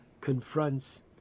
confronts